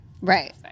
right